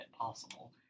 possible